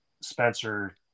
Spencer